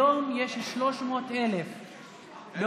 היום יש 300,000. אין 300,000,